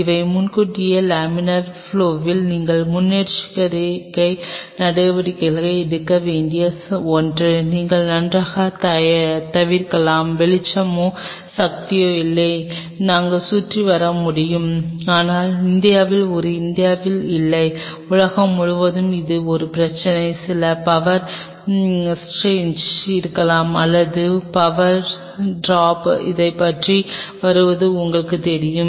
இவை முன்கூட்டியே லேமினார் ப்லொவ்வில் நீங்கள் முன்னெச்சரிக்கை நடவடிக்கைகளை எடுக்க வேண்டிய ஒன்று நீங்கள் நன்றாகத் தவிர்க்கலாம் வெளிச்சமோ சக்தியோ இல்லை நாங்கள் சுற்றி வர முடியும் ஆனால் இந்தியாவில் இது இந்தியாவில் இல்லை உலகம் முழுவதும் இது ஒரு பிரச்சினை சில பவர் செர்ஜ் இருக்கலாம் அல்லது பவர் டிராப் அதைச் சுற்றி வருவது உங்களுக்குத் தெரியும்